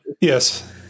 Yes